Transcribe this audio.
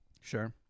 Sure